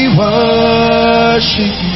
worship